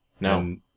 no